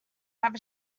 have